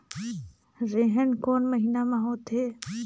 रेहेण कोन महीना म होथे?